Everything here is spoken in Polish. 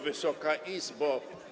Wysoka Izbo!